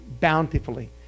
bountifully